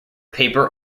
paper